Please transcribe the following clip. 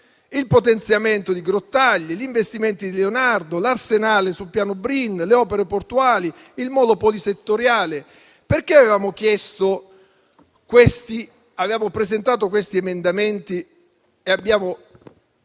il potenziamento di Grottaglie, gli investimenti di Leonardo, l'Arsenale sul piano Brin, le opere portuali, il Molo polisettoriale. Perché avevamo presentato quegli emendamenti e, sia in